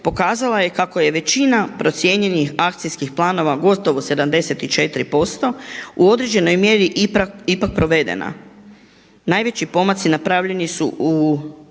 pokazala je kako je većina procijenjenih akcijskih planova gotovo 74% u određenoj mjeri ipak provedena. Najveći pomaci napravljeni su u